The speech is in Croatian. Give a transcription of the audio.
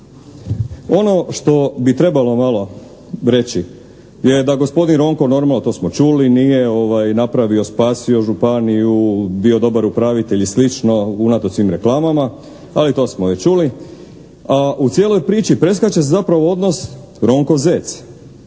Ono što bi trebalo malo reći je da gospodin Ronko, normalno to smo čuli nije napravio, spasio županiju, bio dobar upravitelj i slično unatoč svim reklamama ali to smo već čuli. A u cijeloj priči preskače se zapravo odnos Ronko-Zec.